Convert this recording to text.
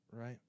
Right